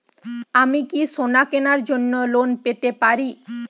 আমি কি সোনা কেনার জন্য লোন পেতে পারি?